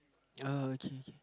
uh okay okay